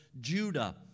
Judah